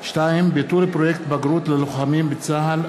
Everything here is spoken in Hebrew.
2. ביטול פרויקט "בגרות ללוחמים בצה"ל",